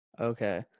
Okay